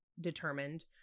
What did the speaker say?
determined